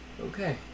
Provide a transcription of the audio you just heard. Okay